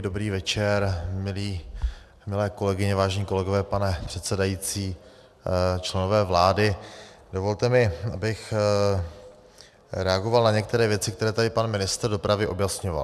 Dobrý večer milé kolegyně, vážení kolegové, pane předsedající, členové vlády, dovolte mi, abych reagoval na některé věci, které tady pan ministr dopravy objasňoval.